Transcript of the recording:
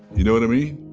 you know what i mean?